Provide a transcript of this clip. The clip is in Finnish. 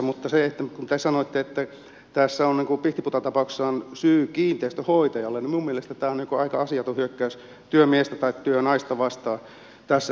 mutta se kuten sanoitte että tässä pihtiputaan tapauksessa on syy kiinteistönhoitajalla minun mielestäni on aika asiaton hyökkäys työmiestä tai työnaista vastaan tässä yhteydessä